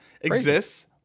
exists